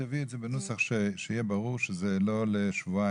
תכתבי את זה בנוסח, שיהיה ברור שזה לא לשבועיים.